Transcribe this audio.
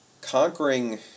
conquering